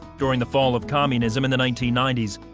during the fall of communism in the nineteen ninety s,